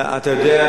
אתה יודע,